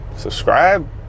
subscribe